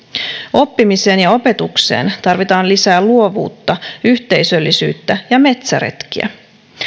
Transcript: oppimiseen ja opetukseen tarvitaan lisää luovuutta yhteisöllisyyttä ja metsäretkiä